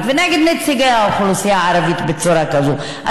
ונגד נציגי האוכלוסייה הערבית בצורה כזאת.